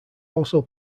also